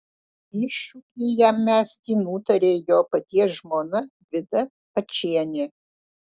iššūkį jam mesti nutarė jo paties žmona vida ačienė